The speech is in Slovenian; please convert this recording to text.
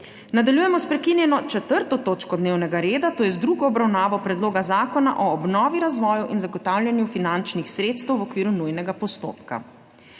Nadaljujemo s prekinjeno 4. točko dnevnega reda, to je z drugo obravnavo Predloga zakona o obnovi, razvoju in zagotavljanju finančnih sredstev v okviru nujnega postopka.